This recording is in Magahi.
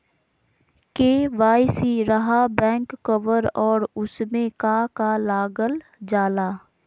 के.वाई.सी रहा बैक कवर और उसमें का का लागल जाला?